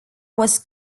was